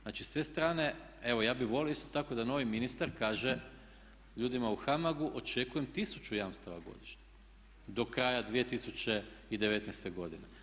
Znači s te strane evo ja bi volio isto tako da novi ministar kaže ljudima u HAMAG-u očekujem 1000 jamstava godišnje do kraja 2019.godine.